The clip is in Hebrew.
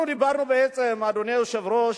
אנחנו דיברנו בעצם, אדוני היושב-ראש,